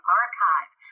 archive